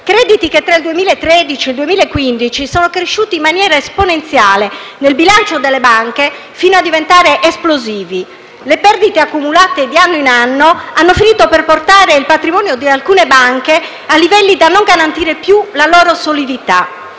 deteriorati, che, tra il 2013 e il 2015, sono cresciuti in maniera esponenziale nel bilancio delle banche, fino a diventare esplosivi. Le perdite accumulate di anno in anno hanno finito per portare il patrimonio di alcune banche a livelli tali da non garantire più la loro solidità.